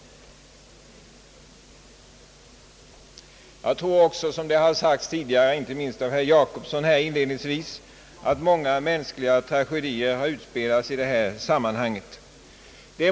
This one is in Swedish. Jag tror — det framhölls även inledningsvis av herr Jacobsson — att många mänskliga tragedier har utspelats i detta sammanhang.